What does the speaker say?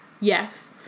Yes